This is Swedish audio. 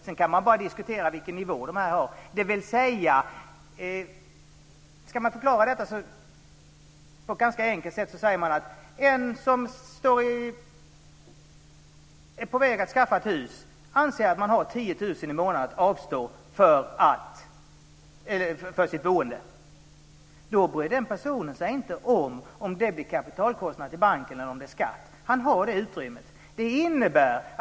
Sedan kan man diskutera vilken nivå de har. Ska man förklara detta på ett ganska enkelt sätt säger man att en som är på väg att skaffa ett hus anser att han har 10 000 kr i månaden att avsätta för sitt boende. Den personen bryr sig inte om ifall det blir kapitalkostnad till banken eller om det är skatt. Han har det utrymmet.